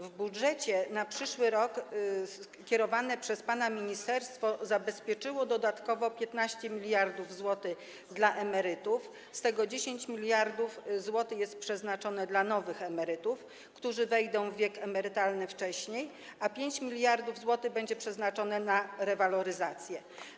W budżecie na przyszły rok kierowane przez pana ministerstwo zabezpieczyło dodatkowo 15 mld zł dla emerytów, z czego 10 mld zł jest przeznaczone dla nowych emerytów, którzy wejdą w wiek emerytalny wcześniej, a 5 mld zł będzie przeznaczone na rewaloryzację.